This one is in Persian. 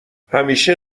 همیشه